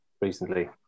recently